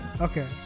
Okay